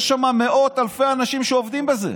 יש שם מאות אלפי אנשים שעובדים בזה,